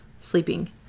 sleeping